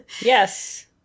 Yes